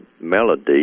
melody